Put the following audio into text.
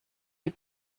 die